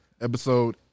episode